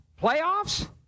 playoffs